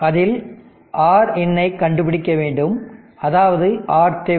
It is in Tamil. அதில் Rin ஐக் கண்டுபிடிக்க வேண்டும் அதாவது RThevenin